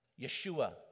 yeshua